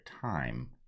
time